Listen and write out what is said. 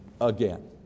again